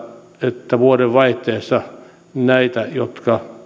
että vuodenvaihteessa näitä jotka